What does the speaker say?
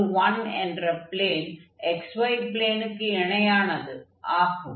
z1 என்ற plane xy ப்ளேனுக்கு இணையானது ஆகும்